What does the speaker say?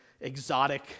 exotic